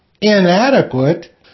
inadequate